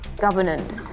Governance